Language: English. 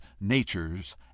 natures